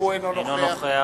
אינו נוכח